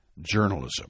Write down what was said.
journalism